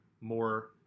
more